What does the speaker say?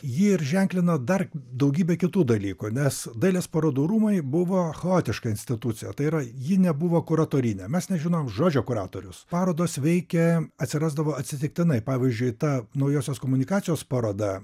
ji ir ženklino dar daugybę kitų dalykų nes dailės parodų rūmai buvo chaotiška institucija tai yra ji nebuvo kuratorinė mes nežinojom žodžio kuratorius parodos veikė atsirasdavo atsitiktinai pavyzdžiui ta naujosios komunikacijos paroda